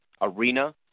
arena